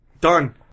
Done